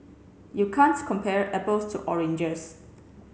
you can't compare apples to oranges